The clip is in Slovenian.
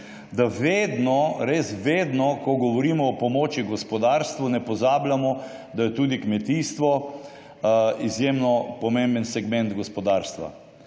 da vedno, res vedno ko govorimo o pomoči gospodarstvu ne pozabljamo, da je tudi kmetijstvo izjemno pomemben segment gospodarstva.